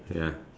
ya